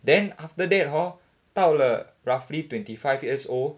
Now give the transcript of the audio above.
then after that hor 到了 roughly twenty-five years old